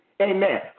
Amen